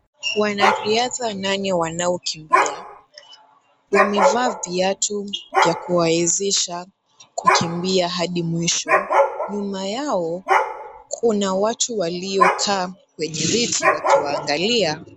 Wanariadha wanne wanaokimbia, wamevaa viatu vya kuwawezesha kukimbia hadi mwisho. Nyuma yao kuna watu waliokaa kwenye viti wakiwaangalia.